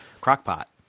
Crock-Pot